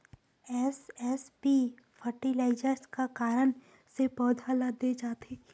SSP fertiliser का कारण से पौधा ल दे जाथे?